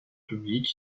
publics